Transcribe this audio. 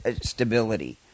stability